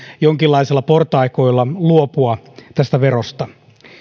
jonkinlaisella portaikolla luopua tästä verosta